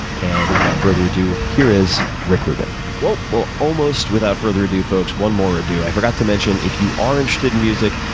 and, without further ado, here is rick rubin. whoa, well almost without further ado. folks, one more ado. i forgot to mention, if you are interested in music,